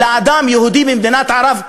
לאדם יהודי במדינת ערב,